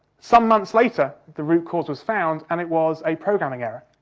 some months later, the root cause was found, and it was a programming error,